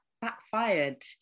backfired